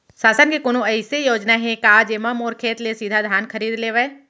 शासन के कोनो अइसे योजना हे का, जेमा मोर खेत ले सीधा धान खरीद लेवय?